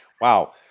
Wow